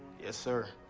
yes, sir.